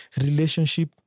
relationship